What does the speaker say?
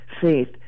faith